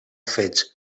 fets